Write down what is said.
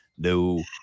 No